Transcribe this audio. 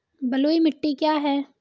बलुई मिट्टी क्या है?